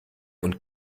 und